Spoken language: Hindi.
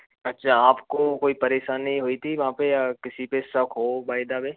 अच्छा आपको कोई परेशानी हुई थी वहाँ पे या किसी पे शक हो बाय द वे